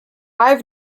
i’ve